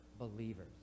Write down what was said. believers